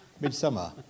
Midsummer